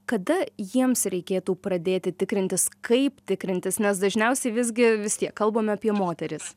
kada jiems reikėtų pradėti tikrintis kaip tikrintis nes dažniausiai visgi vis tiek kalbame apie moteris